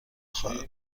خواهد